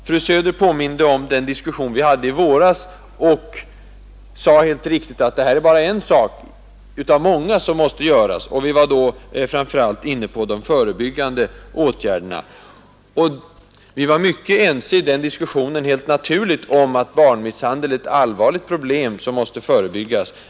Fru Söder påminde om den diskussion vi förde i våras och sade helt riktigt att en förbättring av anonymitetsskyddet är bara en sak av många som måste göras, Vi var i den diskussionen framför allt inne på de förebyggande åtgärderna. Vi var helt naturligt ense om att barnmisshandel är ett allvarligt problem som måste förebyggas.